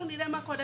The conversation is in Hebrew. אנחנו נראה מה קורה